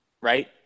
right